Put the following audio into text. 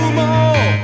more